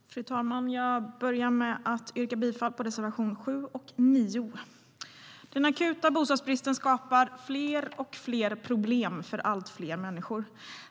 Fru talman! Jag börjar med att yrka bifall till reservationerna 7 och 9.Den akuta bostadsbristen skapar fler och fler problem för allt fler människor.